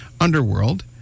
Underworld